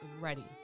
ready